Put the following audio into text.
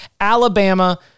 Alabama